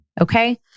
Okay